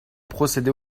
procéder